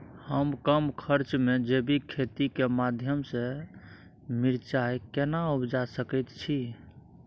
हम कम खर्च में जैविक खेती के माध्यम से मिर्चाय केना उपजा सकेत छी?